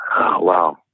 wow